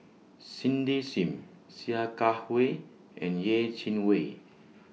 Cindy SIM Sia Kah Hui and Yeh Chi Wei